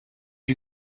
you